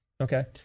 Okay